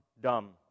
dumb